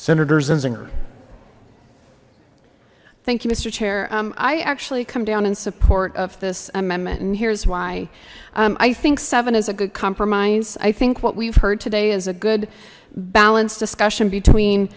her thank you mister chair i actually come down in support of this amendment and here's why i think seven is a good compromise i think what we've heard today is a good balanced discussion between